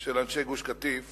של אנשי גוש-קטיף